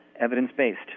evidence-based